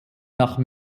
nach